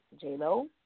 J-Lo